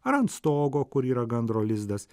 ar ant stogo kur yra gandro lizdas